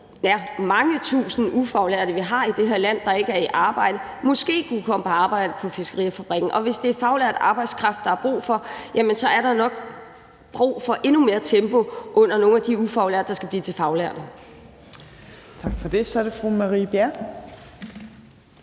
de mange tusind ufaglærte, vi har i det her land, der ikke er i arbejde, måske kunne komme på arbejde på fiskefabrikken, og hvis det er faglært arbejdskraft, der er brug for, jamen så er der nok brug for endnu mere tempo til at få nogle af de ufaglærte til at blive faglærte. Kl. 13:33 Tredje